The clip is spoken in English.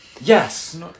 Yes